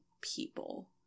people